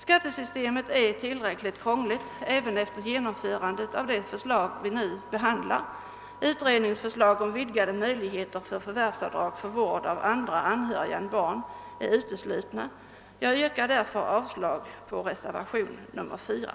Skattesystemet är tillräckligt krångligt även efter genomförandet av det förslag vi nu behandlar. Reservationens förslag om vidgade möjligheter till förvärvsavdrag för vård av andra anhöriga än barn är ogenomförbart. Jag yrkar därför avslag på reservationen 4.